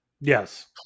yes